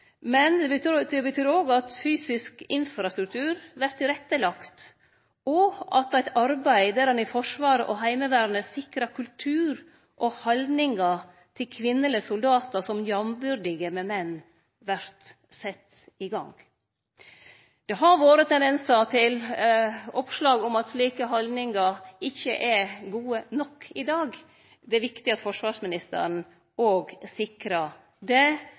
men det betyr òg at fysisk infrastruktur vert lagd til rette, og at eit arbeid der ein i Forsvaret og Heimevernet sikrar kultur og haldningar til kvinnelege soldatar som jambyrdige med menn, vert sett i gang. Det har vore tendensar til oppslag om at desse haldningane ikkje er gode nok i dag. Det er viktig at forsvarsministeren òg sikrar det,